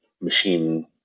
machine